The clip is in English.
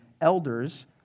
elders